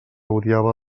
odiava